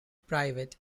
private